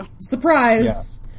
Surprise